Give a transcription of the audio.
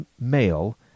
male